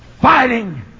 fighting